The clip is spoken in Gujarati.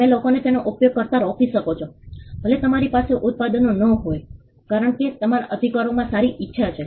તમે લોકોને તેનો ઉપયોગ કરતા રોકી શકો છો ભલે તમારી પાસે ઉત્પાદનો ન હોય કારણ કે તમારા અધિકારમાં સારી ઇચ્છા છે